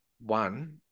One